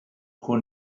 who